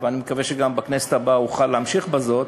ואני מקווה שגם בכנסת הבאה אוכל להמשיך בזאת,